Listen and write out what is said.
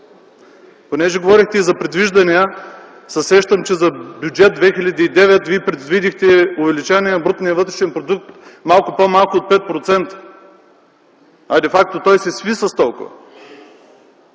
Понеже говорихте и за предвиждания, си спомням, че за Бюджет 2009 предвидихте увеличаване на брутния вътрешен продукт малко по-малко от 5%, а де факто той се сви с толкова.